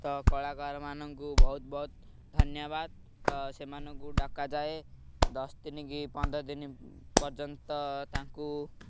ତ କଳାକାରମାନଙ୍କୁ ବହୁତ ବହୁତ ଧନ୍ୟବାଦ ତ ସେମାନଙ୍କୁ ଡ଼କାଯାଏ ଦଶ ଦିନ କି ପନ୍ଦର ଦିନି ପର୍ଯ୍ୟନ୍ତ ତାଙ୍କୁ